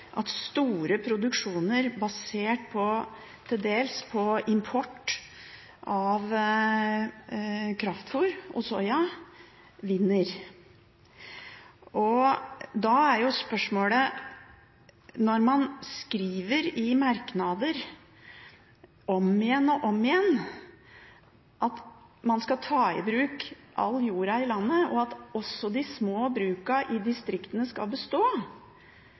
at store produksjoner til dels basert på import av kraftfôr og soya vinner. Når man i merknader skriver om igjen og om igjen at man skal ta i bruk all jorda i landet, og at også de små brukene i distriktene skal bestå,